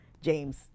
James